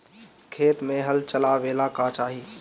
खेत मे हल चलावेला का चाही?